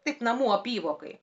tik namų apyvokai